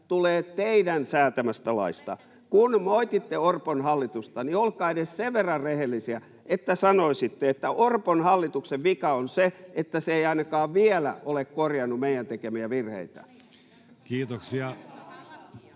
olette nyt vastuussa!] Kun moititte Orpon hallitusta, niin olkaa edes sen verran rehellisiä, että sanoisitte, että Orpon hallituksen vika on se, että se ei ainakaan vielä ole korjannut meidän tekemiä virheitä.